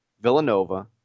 Villanova